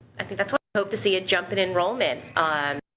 i think that's what i hope to see a jump and enrollment on